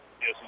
Yes